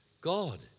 God